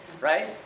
right